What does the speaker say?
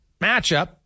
matchup